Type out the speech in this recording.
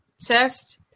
test